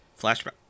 flashback